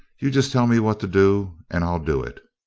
you just tell me what to do and i'll do it.